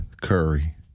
Curry